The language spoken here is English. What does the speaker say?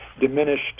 diminished